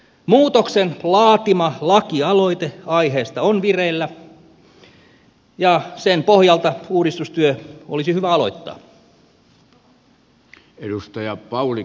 muutoksen laatima laki aloite aiheesta on vireillä ja sen pohjalta uudistustyö olisi hyvä aloittaa